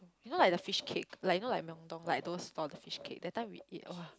you know like the fish cake like you know like Myeongdong like those store the fish cake that time we eat !wah!